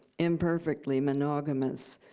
imperfectly monogamous.